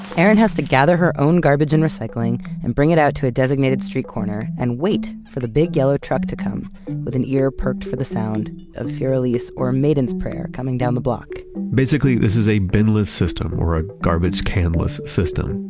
erin has to gather her own garbage and recycling, and bring it out to a designated street corner, and wait for the big yellow truck to come with an ear perked for the sound of fur elise or a maiden's prayer coming down the block basically, this is a bin-less system or a garbage can-less system.